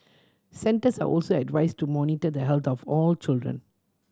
centres are also advised to monitor the health of all children